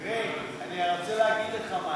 תראה, אני רוצה להגיד לך משהו.